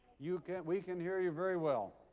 you can we can hear you very well.